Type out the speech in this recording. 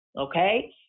Okay